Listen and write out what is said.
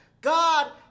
God